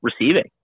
receiving